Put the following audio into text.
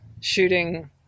shooting